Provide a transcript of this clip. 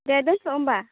दे दोनथ' होमब्ला